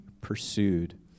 pursued